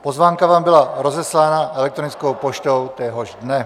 Pozvánka vám byla rozeslána elektronickou poštou téhož dne.